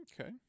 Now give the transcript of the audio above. Okay